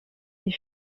des